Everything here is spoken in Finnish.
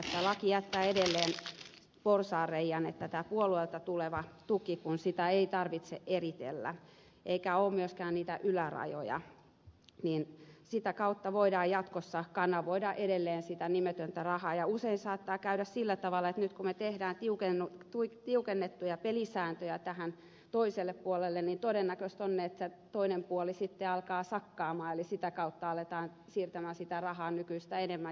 laki jättää edelleen porsaanreiän että tämän puolueilta tulevan tuen kautta kun sitä ei tarvitse eritellä eikä ole myöskään niitä ylärajoja voidaan jatkossa kanavoida edelleen sitä nimetöntä rahaa ja usein saattaa käydä sillä tavalla että nyt kun me teemme tiukennettuja pelisääntöjä tähän toiselle puolelle niin todennäköistä on että toinen puoli sitten alkaa sakata eli sitä kautta aletaan siirtää sitä rahaa nykyistä enemmän